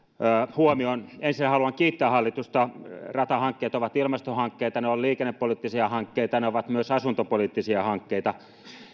huomioon ensinnä haluan kiittää hallitusta ratahankkeet ovat ilmastohankkeita ne ovat liikennepoliittisia hankkeita ja ne ovat myös asuntopoliittisia hankkeita